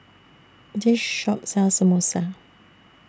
This Shop sells Samosa